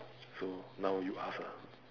s~ so now you ask ah